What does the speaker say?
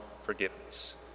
forgiveness